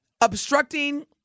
obstructing